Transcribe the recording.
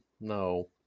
No